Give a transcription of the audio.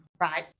right